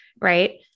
Right